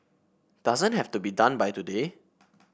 doesn't have to be done by today